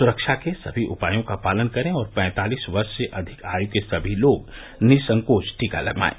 सुरक्षा के सभी उपायों का पालन करें और पैंतालीस वर्ष से अधिक आयु के सभी लोग निःसंकोच टीका लगवाएं